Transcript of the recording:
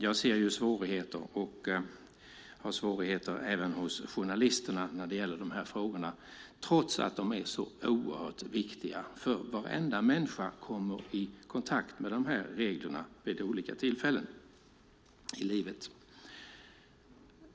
Jag ser dock svårigheter, även hos journalister, trots att dessa frågor är så viktiga. Varenda människa kommer ju i kontakt med de här reglerna vid olika tillfällen i livet.